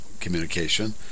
communication